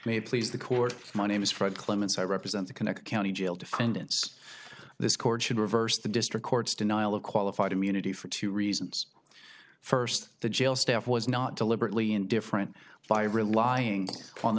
may please the court my name is fred clements i represent the connector county jail defendants this court should reverse the district court's denial of qualified immunity for two reasons first the jail staff was not deliberately indifferent five relying on the